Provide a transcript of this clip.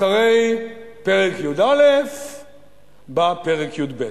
אחרי פרק י"א בא פרק י"ב.